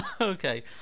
okay